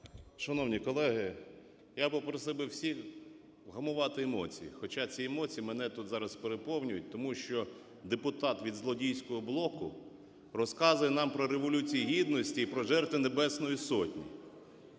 Шановні колеги, я попросив би всіх вгамувати емоції. Хоча ці емоції мене тут зараз переповнюють, тому що депутат від злодійського блоку розказує нам про Революцію Гідності і про жертви Небесної Сотні.